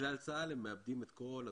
ובכלל צה"ל הם מאבדים את כל התנאים.